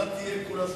אילת תהיה כולה,